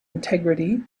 integrity